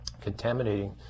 contaminating